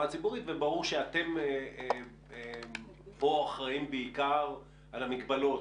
הציבורית וברור שאתם פה אחראיים בעיקר על המגבלות,